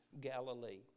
Galilee